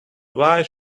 wise